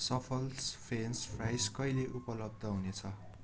सफल्स French fries कहिले उपलब्ध हुनेछ